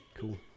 cool